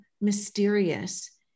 mysterious